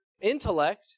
intellect